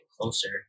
closer